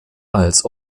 als